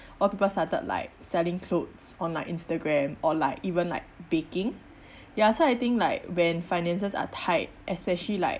all people started like selling clothes on like instagram or like even like baking ya so I think like when finances are tight especially like